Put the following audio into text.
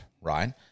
Right